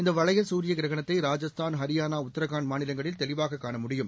இந்த வளைய சூரிய கிரகணத்தை ராஜஸ்தான் ஹரியானா உத்ரகாண்ட் மாநிலங்களில் தெளிவாக காண முடியும்